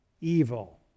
evil